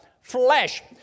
flesh